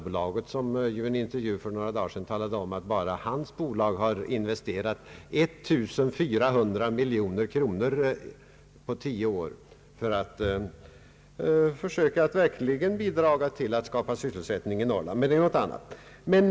Det skedde i en intervju för några dagar sedan där det omtalades att bara detta bolag investerat 1400 miljoner kronor på tio år, vilket verkligen bidragit till att skapa sysselsättning i Norrland. Men det är något annat.